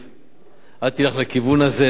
אל תלך לכיוון הזה, זה לא נכון.